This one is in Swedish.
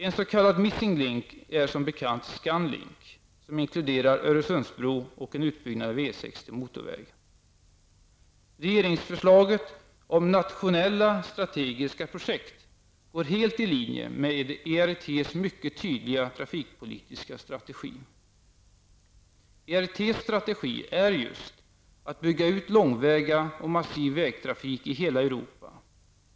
En s.k. missing link är som bekant Scan Link, som inkluderar en Öresundsbro och en utbyggnad av E 6 till motorväg. Regeringsförslaget om nationella strategiska projekt går helt i linje med ERTs mycket tydliga trafikpolitiska strategi. ERTs strategi är just att bygga ut långväga och massiv vägtrafik i hela Europa.